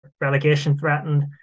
relegation-threatened